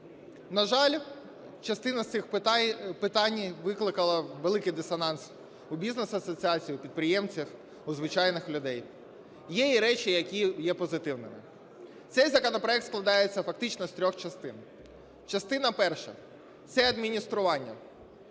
На жаль, частина з цих питань викликала великий дисонанс у бізнес-асоціацій, у підприємців, у звичайних людей. Є і речі, які є позитивними. Цей законопроект складається, фактично, з трьох частин. Частина перша – це адміністрування.